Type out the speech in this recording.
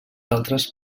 altres